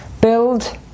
build